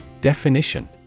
Definition